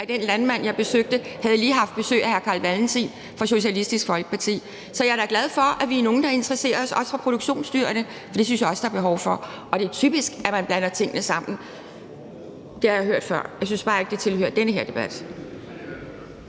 at den landmand, jeg besøgte, lige havde haft besøg af hr. Carl Valentin fra Socialistisk Folkeparti. Så jeg er da glad for, at vi er nogle, der interesserer os også for produktionsdyrene, for det synes jeg også der er behov for. Det er typisk, at man blander tingene sammen – det har jeg hørt før, men jeg synes bare ikke, at det hører til i den her debat.